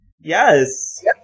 Yes